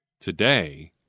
Today